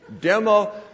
Demo